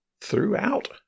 throughout